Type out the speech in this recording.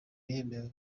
yemewe